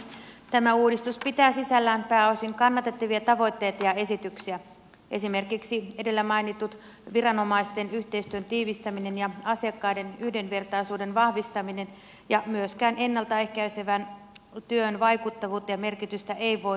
tämä uudistus pitää sisällään pääosin kannatettavia tavoitteita ja esityksiä esimerkiksi edellä mainitut viranomaisten yhteistyön tiivistäminen ja asiakkaiden yhdenvertaisuuden vahvistaminen ja myöskään ennalta ehkäisevän työn vaikuttavuutta ja merkitystä ei voi liikaa painottaa